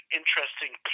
interesting